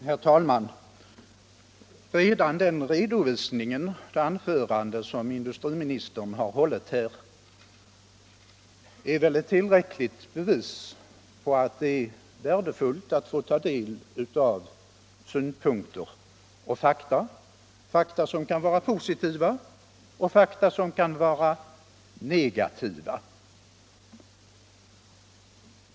Herr talman! Redan redovisningen i det anförande som industriministern har hållit här är väl ett tillräckligt bevis för att det är värdefullt att få ta del av synpunkter och fakta, fakta som kan vara positiva och fakta som kan vara negativa.